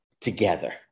together